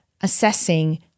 assessing